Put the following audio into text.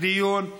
(ביטול הגבלת הגיל לזכאות של מי שהתייתם משני הוריו),